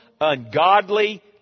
ungodly